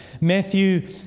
Matthew